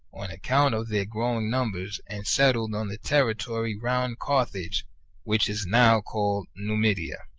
on account of their growing numbers, and settled on the terri tory round carthage which is now called numidia.